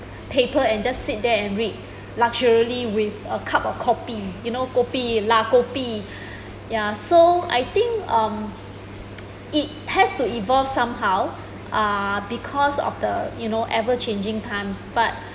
paper and just sit there and read luxuriously with a cup of kopi you know kopi la kopi ya so I think um it has to evolve somehow uh because of the you know everchanging times but